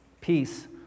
peace